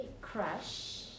crush